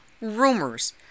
rumors